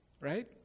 Right